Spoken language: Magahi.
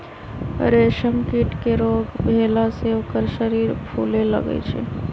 रेशम कीट के रोग भेला से ओकर शरीर फुले लगैए छइ